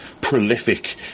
prolific